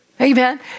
Amen